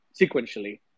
sequentially